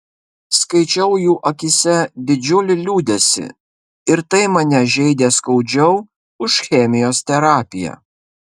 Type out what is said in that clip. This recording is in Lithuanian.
skaičiau jų akyse didžiulį liūdesį ir tai mane žeidė skaudžiau už chemijos terapiją